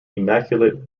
immaculate